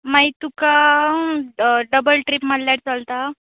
मागी तुका double trip मारल्यार चलता